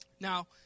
Now